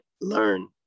learn